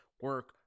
Work